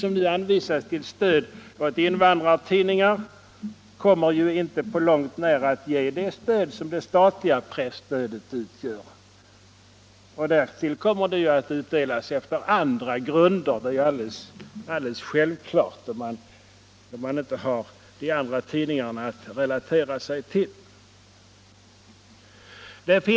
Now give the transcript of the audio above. som nu anvisas såsom stöd till invandrartidningar kommer ju inte på långt när att ge det stöd som det statliga presstödet utgör. Därtill kommer att det alldeles självklart utdelas efter andra grunder, när man inte har andra motsvarande tidningar att relatera sig till.